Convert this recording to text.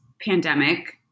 pandemic